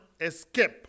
escape